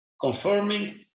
confirming